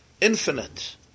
infinite